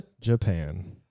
Japan